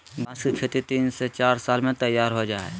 बांस की खेती तीन से चार साल में तैयार हो जाय हइ